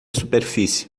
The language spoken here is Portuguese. superfície